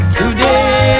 today